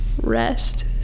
rest